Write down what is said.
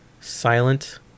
silent